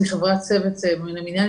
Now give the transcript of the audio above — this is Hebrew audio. היא חברת צוות מן המניין.